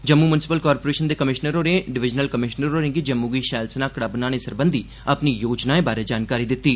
Jammu municipal corporation दे commissioner होरें divisional commissioner होरें'गी जम्मू गी शैल सनाकड़ा बनाने सरबंघी अपनी योजनाए बारै जानकारी दित्ती